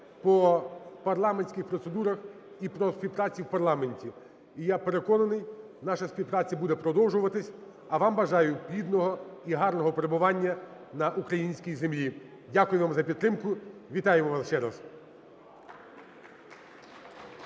по парламентських процедурах і по співпраці в парламенті. І, я переконаний, наша співпраця буде продовжуватися, а вам бажаю плідного і гарного перебування на українській землі. Дякую вам за підтримку. Вітаємо вас ще раз.